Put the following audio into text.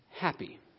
Happy